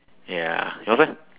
ya yours eh